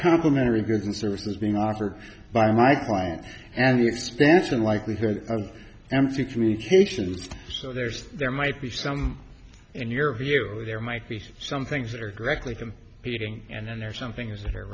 complimentary goods and services being offered by my client and the expansion likelihood am few communications so there's there might be some in your view there might be some things that are directly from heating and there are some things that are